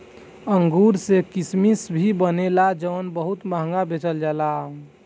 अंगूर से किसमिश भी बनेला जवन बहुत महंगा बेचल जाला